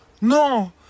No